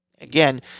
again